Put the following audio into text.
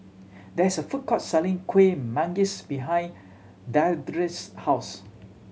there is a food court selling Kuih Manggis behind Deirdre's house